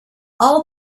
all